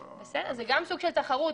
זה גם סוג של תחרות.